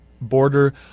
border